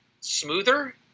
smoother